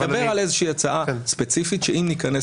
אבל אני מדבר על איזושהי הצעה ספציפית שאם ניכנס